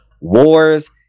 wars